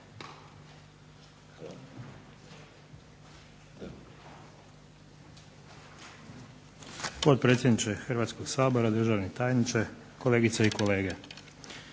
Hvala.